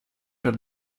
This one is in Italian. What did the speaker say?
per